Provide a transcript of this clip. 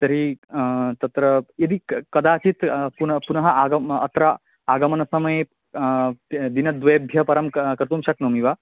तर्हि तत्र यदि क् कदाचित् पुनः पुनः आगमः अत्र आगमनसमये द दिनद्वयेभ्यः परं क कर्तुं शक्नोमि वा